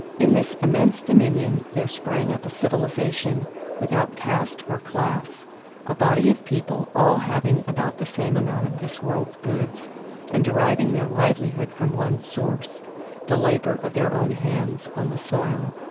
in this immense dominion there sprang up a civilization without caste or class a body of people all having about the same amount of this world's goods and deriving their livelihood from one source the labor of their own hands on the soil.